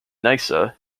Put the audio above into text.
nysa